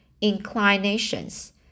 inclinations